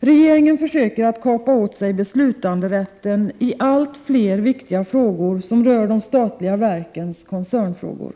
Regeringen försöker kapa åt sig beslutanderätten i allt fler viktiga avseenden som rör de statliga verkens koncernfrågor.